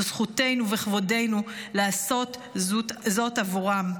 זו זכותנו וזה כבודנו לעשות זאת עבורם.